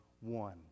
one